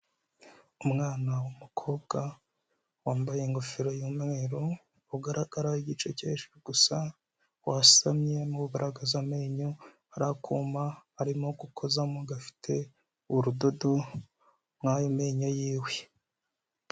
Umwana w'umukobwa wambaye ingofero y'umweru, ugaragaraho igice cyo hejuru gusa wasamye, ugaragaza amenyo, hari akuma arimo gukozamo gafite urudodo muri ayo menyo yiwe.